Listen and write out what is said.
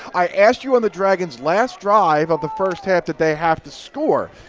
i asked you on the dragons last drive of the first half that they have to score.